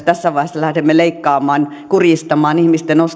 tässä vaiheessa lähdemme leikkaamaan kuristamaan ihmisten ostovoimaa niin